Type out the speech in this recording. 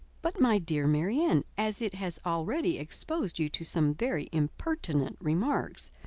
but, my dear marianne, as it has already exposed you to some very impertinent remarks,